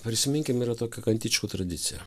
prisiminkim yra tokia kantičkų tradiciją